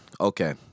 okay